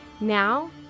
Now